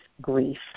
grief